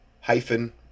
hyphen